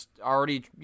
already